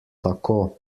tako